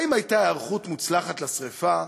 האם הייתה היערכות מוצלחת לשרפה?